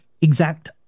exact